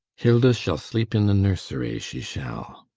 hilda shall sleep in the nursery, she shall.